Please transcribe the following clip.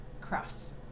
cross